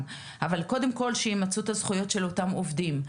קודם כל שימצו את הזכויות של אותם עובדים.